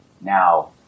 Now